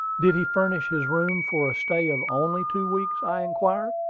did he furnish his room for a stay of only two weeks? i inquired.